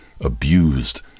abused